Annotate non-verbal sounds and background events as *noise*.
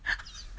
*laughs*